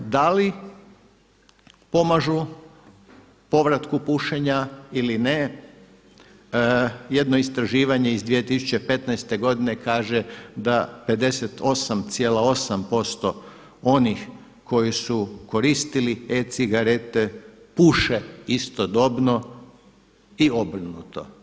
Da li pomažu povratku pušenja ili ne, jedno istraživanje iz 2015. godine kaže da 58,8% onih koji su koristili e-cigarete puše istodobno i obrnuto.